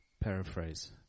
paraphrase